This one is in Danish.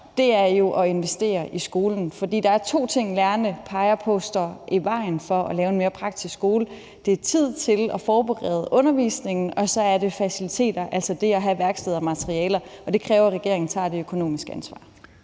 gøre, er jo at investere i skolen, for der er to ting, som lærerne peger på står i vejen for at lave en mere praktisk skole: Det er tid til at forberede undervisningen, og så er det faciliteter, altså det at have værksteder og materialer. Og det kræver, at regeringen tager et økonomisk ansvar.